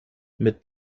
mit